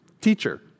teacher